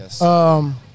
Yes